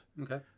Okay